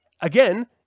again